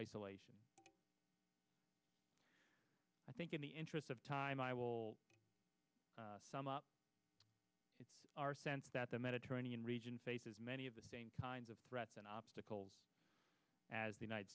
isolation i think in the interest of time i will sum up our sense that the mediterranean region faces many of the same kinds of threats and obstacles as the united